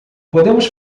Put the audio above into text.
podemos